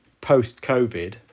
post-COVID